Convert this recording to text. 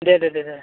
दे दे दे दे दे